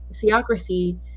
theocracy